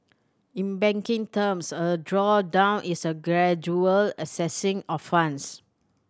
in banking terms a drawdown is a gradual accessing of funds